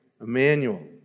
Emmanuel